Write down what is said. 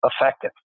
effective